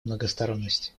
многосторонности